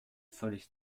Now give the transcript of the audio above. völlig